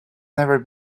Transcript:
never